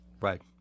Right